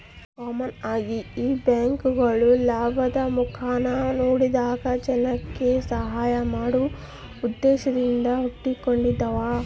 common ಆಗಿ ಈ ಬ್ಯಾಂಕ್ಗುಳು ಲಾಭುದ್ ಮುಖಾನ ನೋಡದಂಗ ಜನಕ್ಕ ಸಹಾಐ ಮಾಡೋ ಉದ್ದೇಶದಿಂದ ಹುಟಿಗೆಂಡಾವ